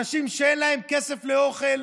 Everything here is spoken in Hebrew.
אנשים שאין להם כסף לאוכל,